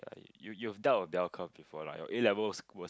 you you doubt of bell curve before lah your A-level was